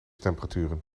temperaturen